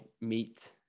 meet